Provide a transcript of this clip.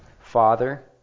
Father